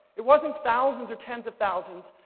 it wasn't thousands or tens of thousands,